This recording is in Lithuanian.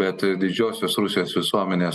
bet didžiosios rusijos visuomenės